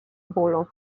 bólu